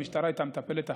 המשטרה הייתה מטפלת אחרת.